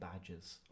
badges